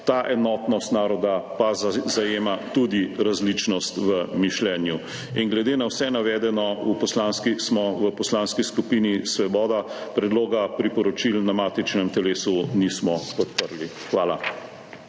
ta enotnost naroda pa zajema tudi različnost v mišljenju. Glede na vse navedeno v Poslanski skupini Svoboda predloga priporočil na matičnem telesu nismo podprli. Hvala.